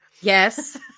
Yes